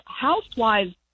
Housewives